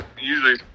Usually